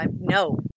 No